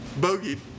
Bogey